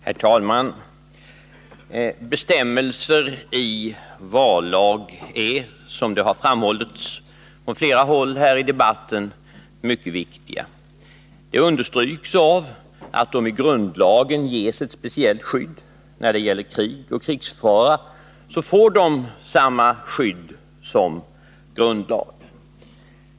Herr talman! Bestämmelser i vallag är, som det har framhållits från flera håll häri debatten, mycket viktiga. Det understryks av att de i grundlagen ges ett speciellt skydd. När det gäller krig och krigsfara får de samma skydd som grundlag.